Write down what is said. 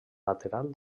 lateral